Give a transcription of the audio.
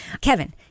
kevin